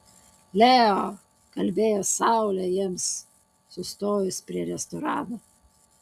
leo kalbėjo saulė jiems sustojus prie restorano